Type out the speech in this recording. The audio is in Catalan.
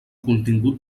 contingut